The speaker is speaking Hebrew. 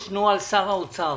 יש נוהל שר האוצר